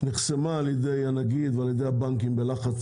נחסמה על ידי הנגיד ועל ידי הבנקים בלחץ,